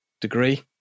degree